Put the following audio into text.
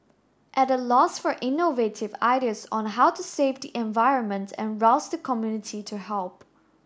at a loss for innovative ideas on how to save the environment and rouse the community to help